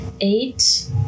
Eight